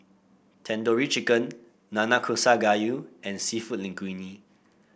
Tandoori Chicken Nanakusa Gayu and seafood Linguine